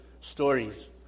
stories